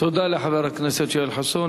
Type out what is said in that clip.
תודה לחבר הכנסת יואל חסון.